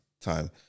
time